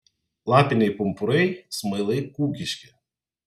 lapiniai pumpurai smailai kūgiški